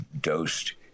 dosed